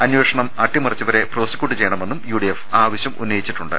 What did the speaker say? അന്വേഷണം അട്ടിമറിച്ചവരെ പ്രോസിക്യൂട്ട് ചെയ്യണമെന്നും യുഡിഎഫ് ആവശ്യം ഉന്നയിച്ചിട്ടു ണ്ട്